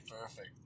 perfect